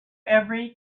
every